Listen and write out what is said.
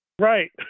Right